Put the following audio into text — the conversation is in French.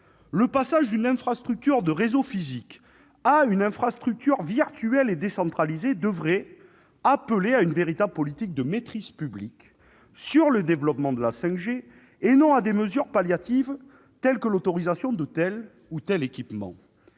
Le passage d'une infrastructure de réseau physique à une infrastructure virtuelle et décentralisée devrait appeler une véritable politique de maîtrise publique sur le développement de la 5G, et non des mesures palliatives telles que l'autorisation de tel ou tel équipement.